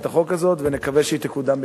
החוק הזאת ונקווה שהיא תקודם במהרה.